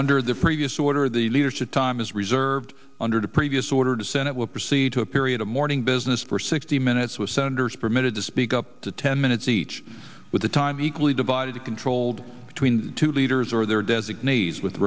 under the previous order the leadership time is reserved under the previous order to senate will proceed to a period of mourning business for sixty minutes with senators permitted to speak up to ten minutes each with the time equally divided it controlled between two leaders or their designees with